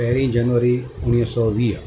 पहिरीं जनवरी उणिवीह सौ वीह